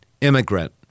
immigrant